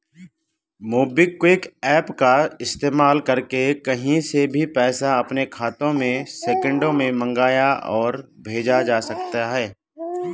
MobiKwik app का इस्तेमाल करके कहीं से भी पैसा अपने खाते में सेकंडों में मंगा और भेज सकते हैं